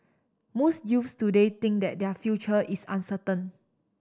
most youths today think that their future is uncertain